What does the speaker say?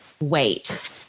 wait